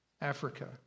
Africa